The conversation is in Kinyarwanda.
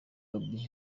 gabby